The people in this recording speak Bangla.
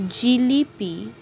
জিলিপি